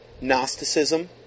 Gnosticism